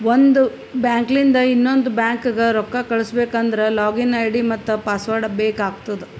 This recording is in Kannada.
ಒಂದ್ ಬ್ಯಾಂಕ್ಲಿಂದ್ ಇನ್ನೊಂದು ಬ್ಯಾಂಕ್ಗ ರೊಕ್ಕಾ ಕಳುಸ್ಬೇಕ್ ಅಂದ್ರ ಲಾಗಿನ್ ಐ.ಡಿ ಮತ್ತ ಪಾಸ್ವರ್ಡ್ ಬೇಕ್ ಆತ್ತುದ್